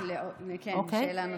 שאלה נוספת.